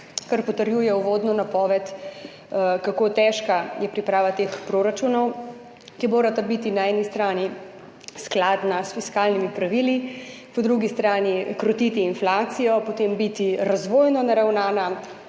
kar potrjuje uvodno napoved, kako težka je priprava teh proračunov, ki morata biti na eni strani skladna s fiskalnimi pravili, po drugi strani krotiti inflacijo, potem biti razvojno naravnana,